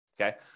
okay